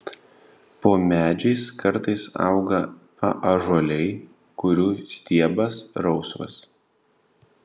po medžiais kartais auga paąžuoliai kurių stiebas rausvas